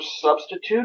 Substitute